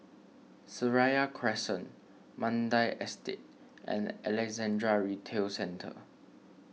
Seraya Crescent Mandai Estate and Alexandra Retail Centre